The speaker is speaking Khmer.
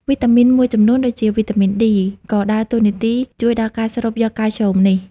វីតាមីនមួយចំនួនដូចជា វីតាមីន D ក៏ដើរតួនាទីជួយដល់ការស្រូបយកកាល់ស្យូមនេះ។